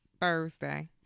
Thursday